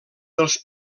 dels